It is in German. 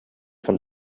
von